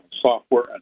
software